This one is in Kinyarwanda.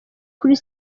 kuri